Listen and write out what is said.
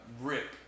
rip